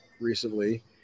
recently